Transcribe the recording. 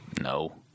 No